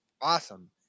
awesome